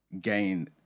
gain